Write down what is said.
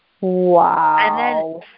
Wow